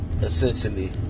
essentially